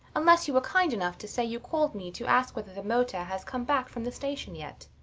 unless you were kind enough to say you called me to ask whether the motor has come back from the station yet.